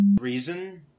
reason